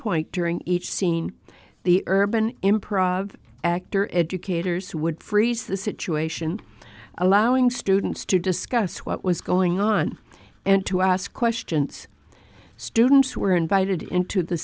point during each scene the urban improv actor educators would freeze the situation allowing students to discuss what was going on and to ask questions students who were invited into the